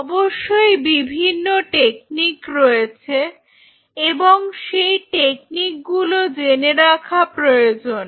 অবশ্যই বিভিন্ন টেকনিক রয়েছে এবং সেই টেকনিকগুলো জেনে রাখা প্রয়োজন